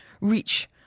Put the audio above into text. reach